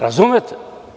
Razumete?